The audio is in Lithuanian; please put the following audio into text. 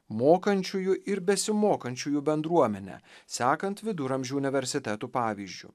mokančiųjų ir besimokančiųjų bendruomenę sekant viduramžių universitetų pavyzdžiu